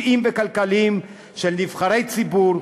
אישיים וכלכליים של נבחרי ציבור,